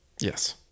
Yes